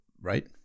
Right